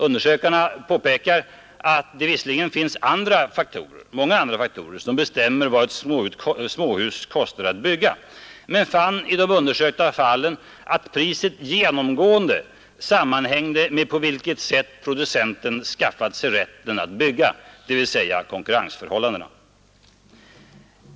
Undersökarna påpekar att det visserligen finns många andra faktorer som bestämmer vad ett småhus kostar att bygga, men finner i de undersökta fallen att priset genomgående sammanhänger med på vilket sätt producenten skaffat sig rätten att bygga, dvs. konkurrensförhållandena.